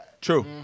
true